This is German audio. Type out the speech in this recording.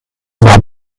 war